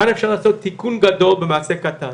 כאן אפשר לעשות תיקון גדול במעשה קטן